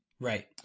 Right